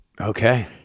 Okay